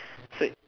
so it